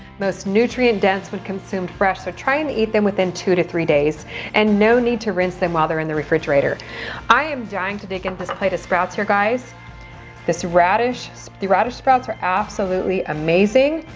most nutrient-dense when consumed fresh so try and to eat them within two to three days and no need to rinse them while they're in the refrigerator i am dying to dig into and this plate of sprouts here guys this radish the radish sprouts are absolutely amazing